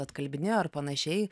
atkalbinėjo ar panašiai